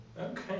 Okay